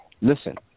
Listen